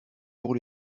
pour